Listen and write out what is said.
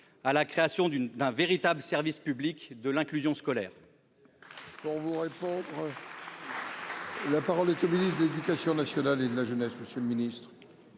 à la création d'un véritable service public de l'inclusion scolaire